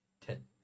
Ten